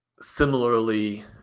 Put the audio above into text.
similarly